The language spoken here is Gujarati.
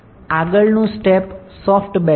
આગળનું સ્ટેપ સોફ્ટ બેક છે